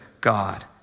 God